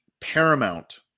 paramount